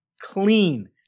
clean